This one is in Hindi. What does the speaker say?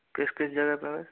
किस किस जगह पे है